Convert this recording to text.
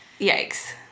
yikes